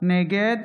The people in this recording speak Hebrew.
נגד